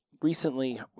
recently